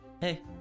Hey